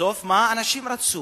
בסוף, מה אנשים רצו?